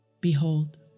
Behold